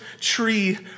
tree